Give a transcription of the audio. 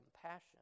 compassion